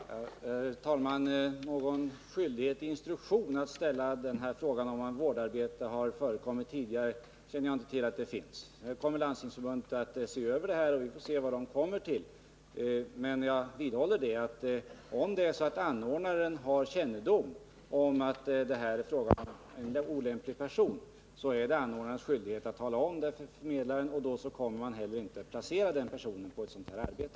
Herr talman! Jag känner inte till om det finns någon skyldighet i instruktion att ställa denna fråga om vårdarbete har förekommit tidigare. Nu kommer Landstingsförbundet att se över det här, och vi får se vad man kommer fram till. Men jag vidhåller att om anordnaren har kännedom om att det är fråga om en olämplig person, så är det anordnarens skyldighet att tala om detta för förmedlaren, och då kommer man inte heller att placera denna person på ett sådant arbete.